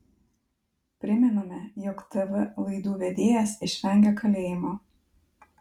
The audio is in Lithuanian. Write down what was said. primename jog tv laidų vedėjas išvengė kalėjimo